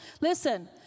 Listen